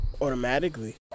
automatically